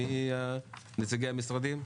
מי נציגי המשרדים?